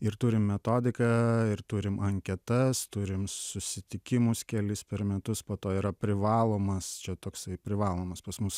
ir turim metodiką ir turim anketas turim susitikimus kelis per metus po to yra privalomas čia toksai privalomas pas mus